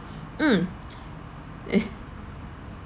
mm eh